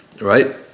right